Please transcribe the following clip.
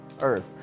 Earth